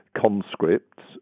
conscripts